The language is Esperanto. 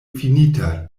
fininta